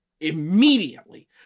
immediately